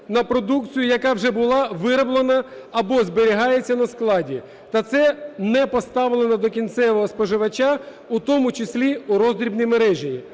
на продукцію, яка вже була вироблена або зберігається на складі, та це не поставлено до кінцевого споживача, у тому числі у роздрібні мережі".